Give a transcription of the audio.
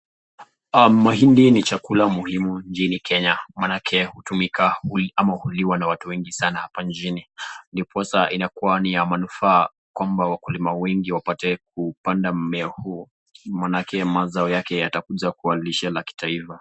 Mahindi ni chakula muhimu nchini kenya maana hulika ama hutumika na watu wengi sana hapa nchini, ndiposa inakua ni ya manufaa kwamba wakulima wengi wapate kupanda mmea huyu, maanake mazao yake yatakuja kulisha taifa.